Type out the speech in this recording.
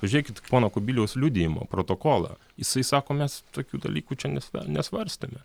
pažiūrėkit pono kubiliaus liudijimo protokolą jisai sako mes tokių dalykų čia nes nesvarstėme